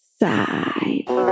side